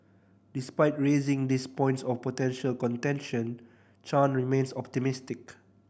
despite raising these points of potential contention Chan remains optimistic